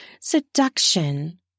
seduction